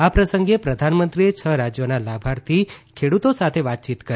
આ પ્રસંગે પ્રધાનમંત્રીએ છ રાજ્યોના લાભાર્થી ખેડૂતો સાથે વાતયીત કરી